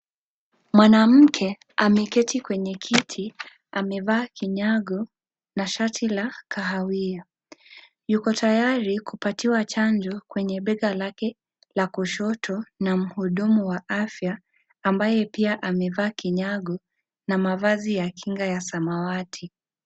Mwanamke ameketi kwenye kiti, amevaa kinyago na shati la kahawia. Yuko tayari kupatiwa chanjo kwenye bega lake la kushoto na mhudumu wa afya ambaye pia amevaa kinyago na mavazi ya kinga ya samawati.